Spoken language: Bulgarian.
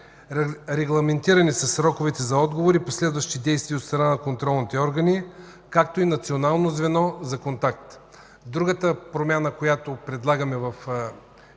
Регламентирани са сроковете за отговори, последващи действия от страна на контролните органи, както и национално звено за контакт. Другата промяна, която предлагаме с